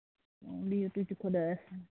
بِہِو تُہۍ تہِ خدایَس